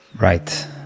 Right